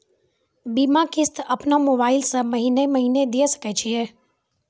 बीमा किस्त अपनो मोबाइल से महीने महीने दिए सकय छियै?